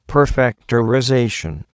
Perfectorization